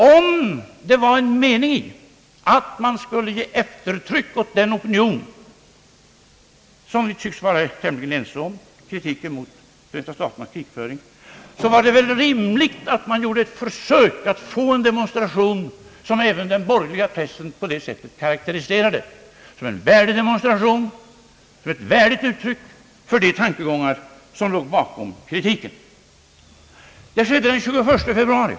Om avsikten var att man skulle ge eftertryck åt den opinion som vi tycks vara tämligen ense om, nämligen kritiken mot Förenta staternas krigföring, var det väl rimligt att man gjorde ett försök att få en demonstration som sedan även den borgerliga pressen karakteriserade som en värdig demonstration och ett värdigt uttryck för de tankegångar som låg bakom kritiken. Jag övergår till händelserna den 21 februari.